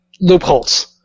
loopholes